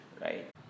right